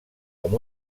amb